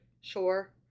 Sure